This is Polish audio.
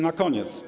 Na koniec.